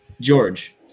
George